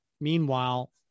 meanwhile